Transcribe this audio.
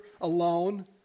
alone